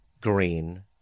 green